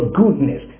goodness